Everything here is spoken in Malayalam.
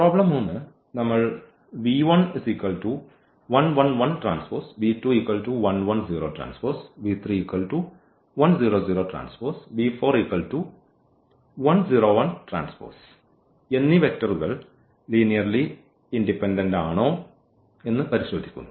പ്രോബ്ലം 3 നമ്മൾ എന്നീ വെക്റ്ററുകൾ ലീനിയർലി ഇൻഡിപെൻഡന്റ് ആണോ എന്ന് പരിശോധിക്കുന്നു